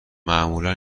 معمولا